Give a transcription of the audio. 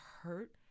hurt